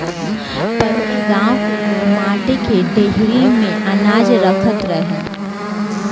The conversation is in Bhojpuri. पहिले गांव के लोग माटी के डेहरी में अनाज रखत रहे